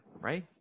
right